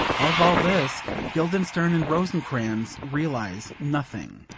of all this guildenstern and rosencrantz realise nothing.